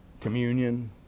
communion